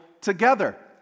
together